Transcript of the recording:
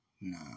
No